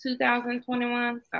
2021